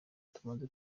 tubanze